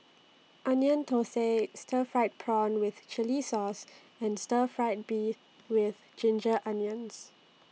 Onion Thosai Stir Fried Prawn with Chili Sauce and Stir Fry Beef with Ginger Onions